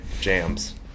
jams